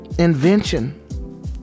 invention